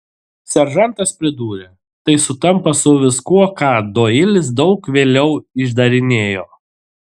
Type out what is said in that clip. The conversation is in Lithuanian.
seržantas pridūrė tai sutampa su viskuo ką doilis daug vėliau išdarinėjo